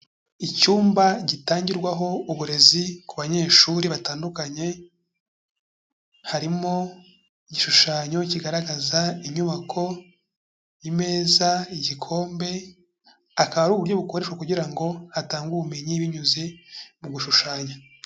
Icyumba gitangirwaho uburezi ku banyeshuri batandukanye, harimo igishushanyo kigaragaza inyubako, imeza, igikombe akaba ari uburyo bukoreshwa kugira ngo hatangwe ubumenyi binyuze mu gushushanya.